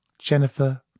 Jennifer